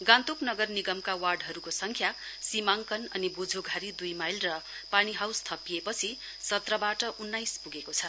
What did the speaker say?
गान्तोक नगर निगम वार्डहरूको सङ्ख्या सीमाङ्कन अनि बोझोघारी दुई माइल र पानी हाउस थपिएपछि सत्रबाट उन्नाइस पुगेको छ